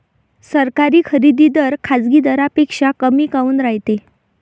सरकारी खरेदी दर खाजगी दरापेक्षा कमी काऊन रायते?